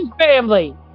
family